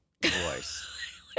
voice